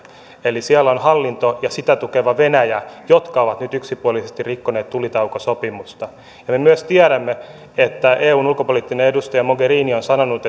eli siellä on hallinto ja sitä tukeva venäjä jotka ovat nyt yksipuolisesti rikkoneet tulitaukosopimusta ja me myös tiedämme että eun ulkopoliittinen edustaja mogherini on sanonut